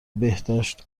بهداشت